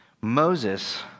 Moses